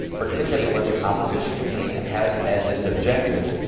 particularly when the opposition team has, as its objective,